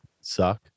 suck